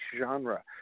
genre